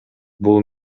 бул